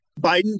Biden